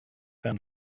found